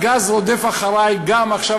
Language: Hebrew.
הגז רודף אחרי גם עכשיו,